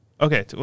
Okay